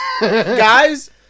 Guys